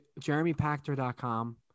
JeremyPactor.com